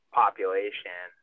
population